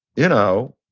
you know,